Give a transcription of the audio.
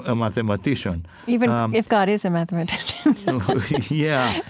and mathematician even um if god is a mathematician yeah.